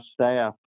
staff